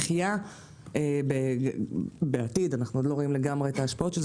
המחיה בעתיד אנחנו עוד לא רואים לגמרי את ההשפעות של זה